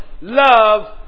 love